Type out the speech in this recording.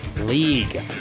league